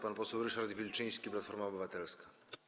Pan poseł Ryszard Wilczyński, Platforma Obywatelska.